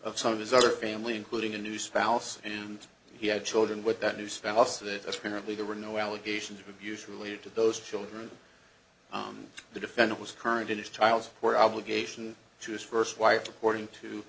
of some of his other family including a new spouse and he had children with that new spouse that apparently there were no allegations of abuse related to those children on the defendant was current in his tiles or obligation to his first wife